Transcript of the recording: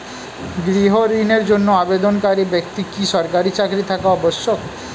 গৃহ ঋণের জন্য আবেদনকারী ব্যক্তি কি সরকারি চাকরি থাকা আবশ্যক?